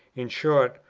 in short,